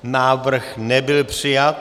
Návrh nebyl přijat.